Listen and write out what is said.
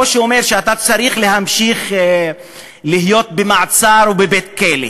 או שאומר שאתה צריך להמשיך להיות במעצר או בבית-כלא.